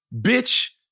bitch